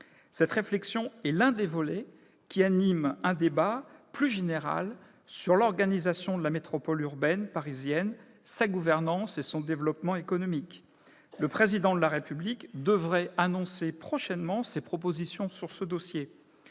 Cette réflexion est l'un des volets qui animent un débat plus général sur l'organisation de la métropole urbaine parisienne, sa gouvernance et son développement économique. Le Président de la République devrait annoncer prochainement ses propositions sur ce dossier.